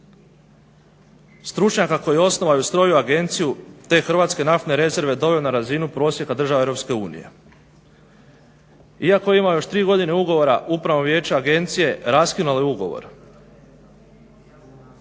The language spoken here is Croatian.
stručnjaka koji je osnovao svoju agenciju te hrvatske nafte rezerve doveo na razinu prosjeka države EU. Iako ima još tri godine ugovora upravno vijeće agencije raskinulo je ugovor